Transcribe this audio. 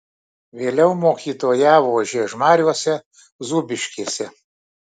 vėliau mokytojavo žiežmariuose zūbiškėse